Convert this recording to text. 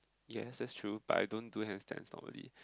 yes that's true but I don't do hand step normally